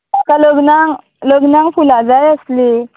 तुका लग्नाक लग्नाक फुलां जाय आसली